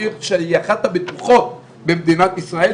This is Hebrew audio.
לעיר שהיא אחת הבטוחות במדינת ישראל,